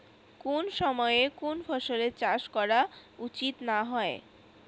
কুন সময়ে কুন ফসলের চাষ করা উচিৎ না হয়?